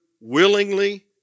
willingly